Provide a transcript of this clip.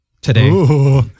today